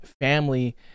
family